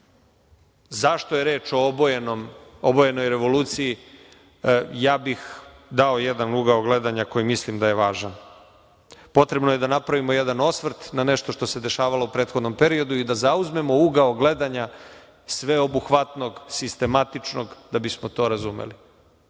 zašto je reč o obojenoj revoluciji, ja bih dao jedan ugao gledanja koji mislim da je važan. Potrebno je da napravimo jedan osvrt na nešto što se dešavalo u prethodnom periodu i da zauzmemo ugao gledanja sveobuhvatnog, sistematičnog, da bismo to razumeli.